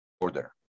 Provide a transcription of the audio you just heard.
order